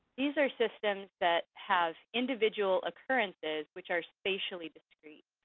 these are systems that have individual occurrences which are spatially discrete.